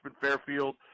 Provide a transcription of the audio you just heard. Fairfield